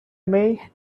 may